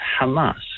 Hamas